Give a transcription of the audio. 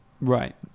Right